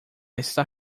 estar